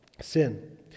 sin